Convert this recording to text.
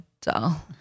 dull